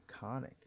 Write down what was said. iconic